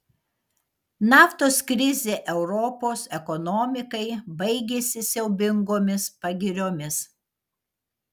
naftos krizė europos ekonomikai baigėsi siaubingomis pagiriomis